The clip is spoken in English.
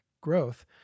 growth